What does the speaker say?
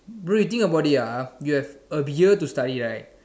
bro you think about it ah you have a year to study right